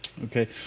Okay